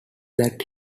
that